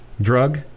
drug